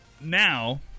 now